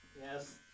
Yes